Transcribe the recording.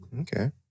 Okay